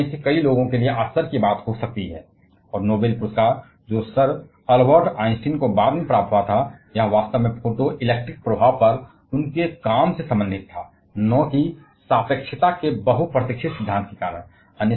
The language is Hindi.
यह आप में से कई लोगों के लिए आश्चर्य की बात हो सकती है और नोबल पुरस्कार जो सर अल्बर्ट आइंस्टीन को बाद में प्राप्त हुआ था वह वास्तव में फोटो इलेक्ट्रिक प्रभाव पर उनके काम से संबंधित था न कि सापेक्षता के बहुप्रतीक्षित सिद्धांत के कारण